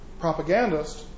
propagandist